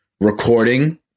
recording